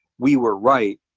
we were right,